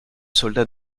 soldats